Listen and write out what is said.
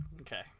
Okay